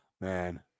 man